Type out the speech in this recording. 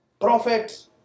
Prophet